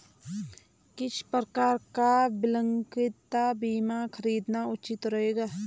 किस प्रकार का विकलांगता बीमा खरीदना उचित रहेगा?